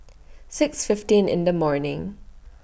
six fifteen in The morning